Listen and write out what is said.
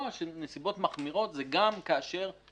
למעשה 40 אחוזים מתיקי הליבה שלנו תיקי הליבה